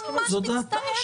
אני ממש מצטערת.